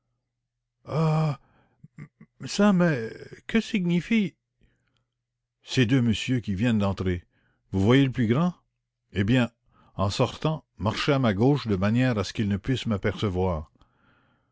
ça mais que signifie ces deux messieurs qui viennent d'entrer vous voyez le plus grand eh bien en sortant marchez à ma gauche de manière à ce qu'il ne puisse m'apercevoir